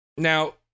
Now